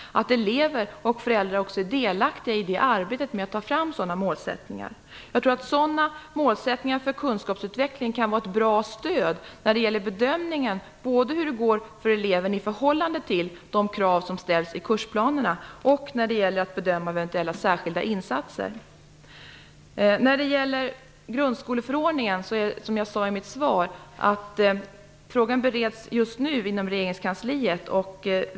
Det är också viktigt att elever och föräldrar är delaktiga i det arbetet. Sådana målsättningar för kunskapsutveckling kan vara ett bra stöd när det gäller bedömningen av hur det går för eleven i förhållande till de krav som ställs i kursplanerna och när det gäller att bedöma eventuella särskilda insatser. Som jag sade i mitt svar bereds frågan om grundskoleförordningen just nu inom regeringskansliet.